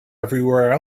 everywhere